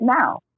now